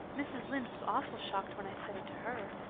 mrs. lynde was awful shocked when i said it to her.